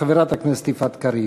חברת הכנסת יפעת קריב.